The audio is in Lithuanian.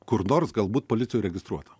kur nors galbūt policijoj registruota